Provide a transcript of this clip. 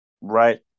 Right